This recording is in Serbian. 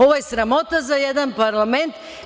Ovo je sramota za jedan parlament.